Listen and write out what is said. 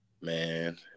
Man